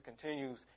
continues